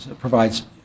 provides